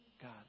God